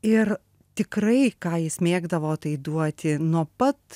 ir tikrai ką jis mėgdavo tai duoti nuo pat